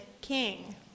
king